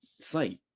site